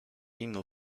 inną